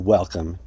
Welcome